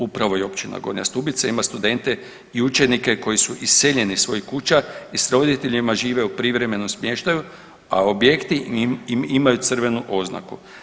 Upravo i općina Gornja Stubica ima studente i učenike koji su iseljeni iz svojih kuća i s roditeljima žive u privremenom smještaju, a objekti im imaju crvenu oznaku.